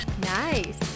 Nice